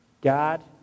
God